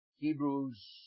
Hebrews